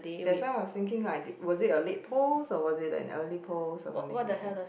that's why I was thinking right was it a late post or was it an early post or something like that ah